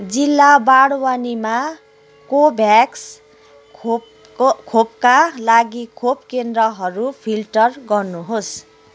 जिल्ला बडवानीमा कोभ्याक्स खोपको खोपका लागि खोप केन्द्रहरू फिल्टर गर्नुहोस्